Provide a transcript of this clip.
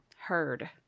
heard